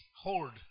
hold